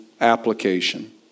application